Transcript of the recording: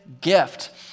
gift